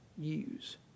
use